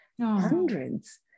hundreds